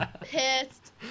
pissed